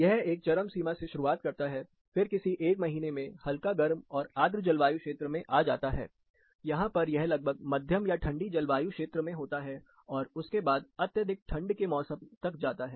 यह एक चरम सीमा से शुरुआत करता है फिर किसी एक महीने में हल्का गरम और आद्र जलवायु क्षेत्र में आ जाता है यहां पर यह लगभग मध्यम या ठंडी जलवायु क्षेत्र में होता है और उसके बाद अत्यधिक ठंड के मौसम तक जाता है